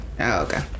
okay